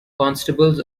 constables